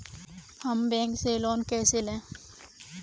हम बैंक से लोन कैसे लें?